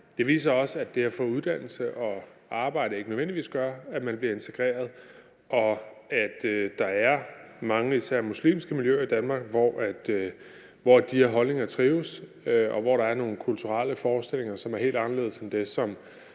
Det viser også, at det at få uddannelse og arbejde ikke nødvendigvis gør, at man bliver integreret, og at der er mange især muslimske miljøer i Danmark, hvor de her holdninger trives, og hvor der er nogle kulturelle forestillinger, som er helt anderledes end det,